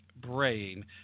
brain